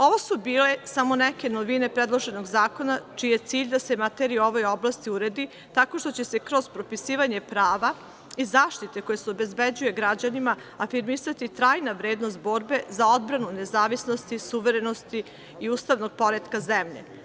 Ovo su bile samo neke novine predloženog zakona čiji je cilj da se materija u ovoj oblasti uredi tako što će se kroz propisivanje prava i zaštite koja se obezbeđuje građanima afirmisati trajna vrednost borbe za odbranu nezavisnosti, suverenosti i ustavnog poretka zemlje.